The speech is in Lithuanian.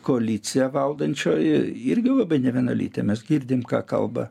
koalicija valdančioji irgi labai nevienalytė mes girdim ką kalba